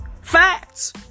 Facts